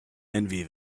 envy